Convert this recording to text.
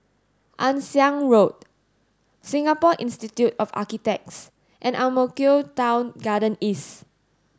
Ann Siang Road Singapore Institute of Architects and Ang Mo Kio Town Garden East